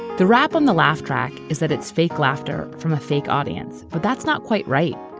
the rap on the laugh track is that its fake laughter from a fake audience, but that's not quite right.